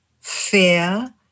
fear